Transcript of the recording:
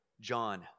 John